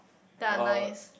they're nice